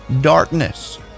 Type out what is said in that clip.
darkness